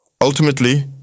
Ultimately